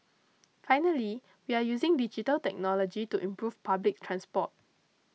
finally we are using digital technology to improve public transport